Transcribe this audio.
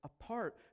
apart